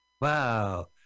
Wow